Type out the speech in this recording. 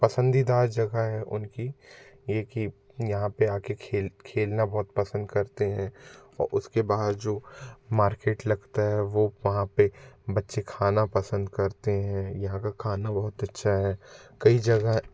पसंदीदा जगह हैं उनकी ये कि यहाँ पे आके खेल खेलना बहुत पसंद करते हैं आउ उसके बाद जो मार्केट लगता है वो वहाँ पे बच्चे खाना पसंद करते हैं यहाँ का खाना बहुत अच्छा है कई जगह